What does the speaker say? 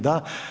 Da.